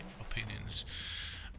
opinions